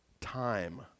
time